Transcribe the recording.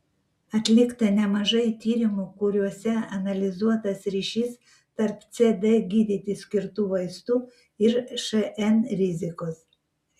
atlikta nemažai tyrimų kuriuose analizuotas ryšys tarp cd gydyti skirtų vaistų ir šn rizikos